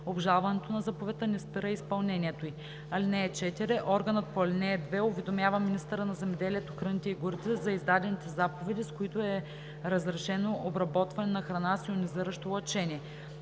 Обжалването на заповедта не спира изпълнението й. (4) Органът по ал. 2 уведомява министъра на земеделието, храните и горите за издадените заповеди, с които е разрешено обработване на храна с йонизиращо лъчение“.